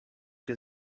can